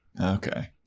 Okay